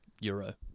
euro